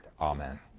Amen